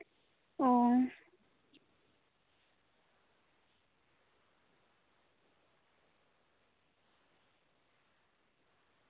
ᱚ